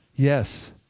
Yes